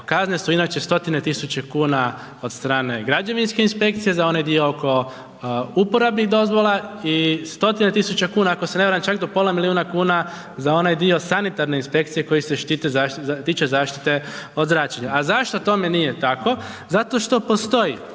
Kazne su inače stotine tisuća kuna od strane građevinske inspekcije, za onaj dio oko uporabnih dozvola i stotine tisuća kuna, ako se ne varam, čak do pola milijuna kuna za onaj dio sanitarne inspekcije koji se tiče zaštite od zračenja. A zašto tome nije tako? Zato što postoji